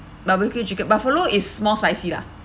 barbecue chicken buffalo is more spicy lah